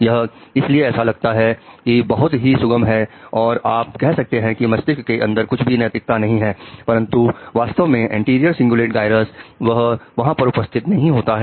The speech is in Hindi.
यह इसलिए ऐसा लगता है कि बहुत ही सुगम है और आप कह सकते हैं कि व्यक्ति के अंदर कुछ भी नैतिकता नहीं है परंतु वास्तव में एंटीरियर सिंगुलेट गायरस वह वहां पर उपस्थित नहीं होता है